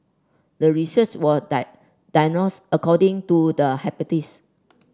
the research were according to the hyper